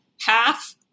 half